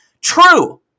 true